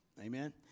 Amen